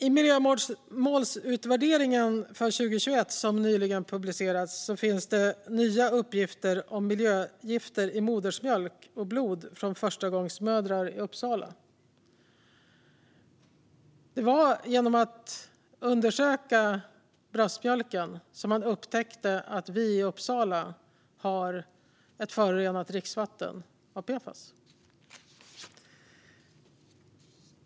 I miljömålsutvärderingen för 2021, som nyligen publicerats, finns nya uppgifter om miljögifter i modersmjölk och blod från förstagångsmödrar i Uppsala. Det var genom att undersöka bröstmjölken som man upptäckte att vi i Uppsala har ett dricksvatten som är förorenat av PFAS.